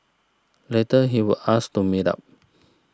later he would ask to meet up